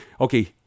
Okay